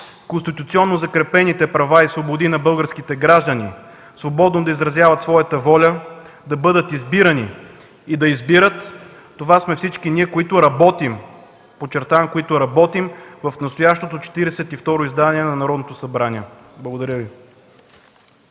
конституционно закрепените права и свободи на българските граждани свободно да изразяват своята воля, да бъдат избирани и да избират – това сме всички ние, които работим, подчертавам, които работим в настоящото Четиридесет и второ издание на Народното събрание. Благодаря Ви.